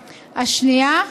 השנייה,